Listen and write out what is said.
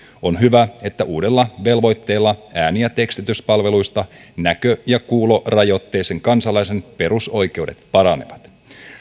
on hyvä että uudella velvoitteella ääni ja tekstityspalveluista näkö ja kuulorajoitteisen kansalaisen perusoikeudet paranevat